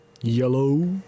Yellow